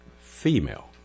female